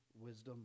wisdom